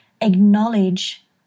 acknowledge